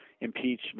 impeach